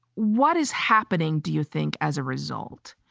what is happening, do you think, as a result,